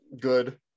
good